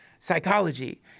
psychology